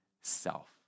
self